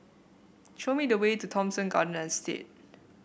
show me the way to Thomson Garden Estate